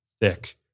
thick